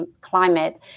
climate